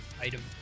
item